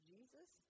Jesus